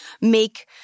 make